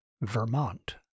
Vermont